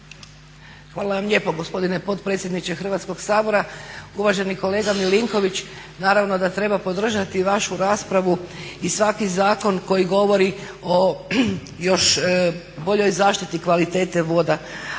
Hvala vam lijepo gospodine potpredsjedniče Hrvatskoga sabora. Uvaženi kolega Milinković naravno da treba podržati vašu raspravu i svaki zakon koji govori o još boljoj zaštiti kvalitete voda.